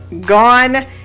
gone